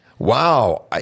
Wow